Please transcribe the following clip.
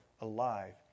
alive